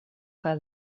kaj